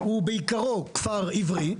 הוא בעיקרו כפר עברי,